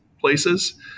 places